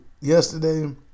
yesterday